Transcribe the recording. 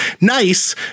Nice